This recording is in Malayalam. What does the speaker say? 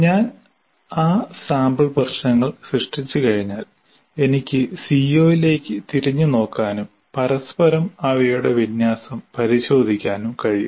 ഞാൻ ആ സാമ്പിൾ പ്രശ്നങ്ങൾ സൃഷ്ടിച്ചുകഴിഞ്ഞാൽ എനിക്ക് സിഒയിലേക്ക് തിരിഞ്ഞുനോക്കാനും പരസ്പരം അവയുടെ വിന്യാസം പരിശോധിക്കാനും കഴിയും